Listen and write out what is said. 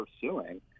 pursuing